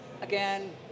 again